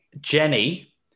Jenny